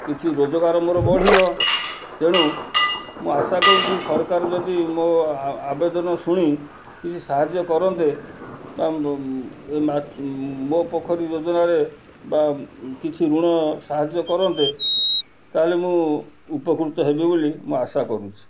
କିଛି ରୋଜଗାର ମୋର ବଢ଼ିବ ତେଣୁ ମୁଁ ଆଶା କରୁଚି ସରକାର ଯଦି ମୋ ଆବେଦନ ଶୁଣି କିଛି ସାହାଯ୍ୟ କରନ୍ତେ ବା ମୋ ପୋଖରୀ ଯୋଜନାରେ ବା କିଛି ଋଣ ସାହାଯ୍ୟ କରନ୍ତେ ତା'ହେଲେ ମୁଁ ଉପକୃତ ହେବି ବୋଲି ମୁଁ ଆଶା କରୁଛି